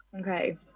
okay